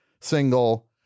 single –